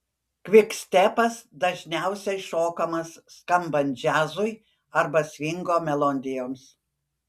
kvikstepas dažniausiai šokamas skambant džiazui arba svingo melodijoms